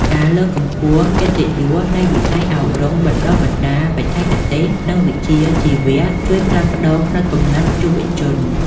ការលើកកម្ពស់កិត្តិយសនៃវិស័យអប់រំបណ្ដុះបណ្ដាលបច្ចេកទេស និងវិជ្ជាជីវៈ ជួយផ្លាស់ប្តូរផ្នត់គំនិតយុវជន។